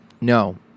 No